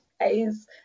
guys